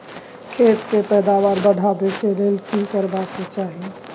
खेत के पैदावार बढाबै के लेल की करबा के चाही?